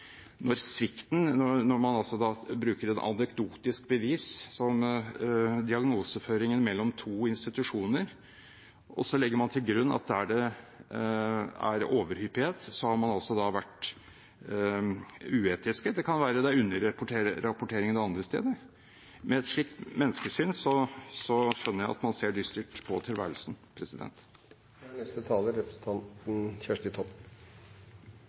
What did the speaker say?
når man bruker et anekdotisk bevis som diagnoseføringen mellom to institusjoner, og så legger til grunn at der det er overhyppighet, har man vært uetisk. Det kan være at det er underrapportering det andre stedet. Med et slikt menneskesyn skjønner jeg at man ser dystert på tilværelsen. Dette er